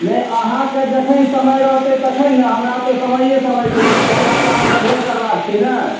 नहि अहाँके जखन समय रहतै तखन ने हमरा तऽ समैये समय छै चूँकि हमरा तऽ अहाँसँ भेँट करबाक छै ने